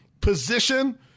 position